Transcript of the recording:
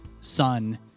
son